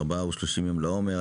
ארבעה ו-30 יום לעומר.